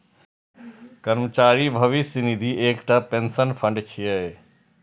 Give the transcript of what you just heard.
कर्मचारी भविष्य निधि एकटा पेंशन फंड छियै